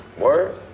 Word